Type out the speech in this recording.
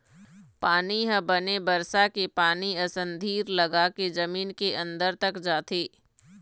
पानी ह बने बरसा के पानी असन धीर लगाके जमीन के अंदर तक जाथे